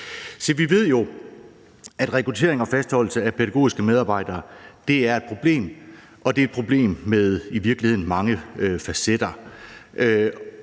vi ved jo, at rekruttering og fastholdelse af pædagogiske medarbejdere er et problem, og det er et problem med i virkeligheden mange facetter.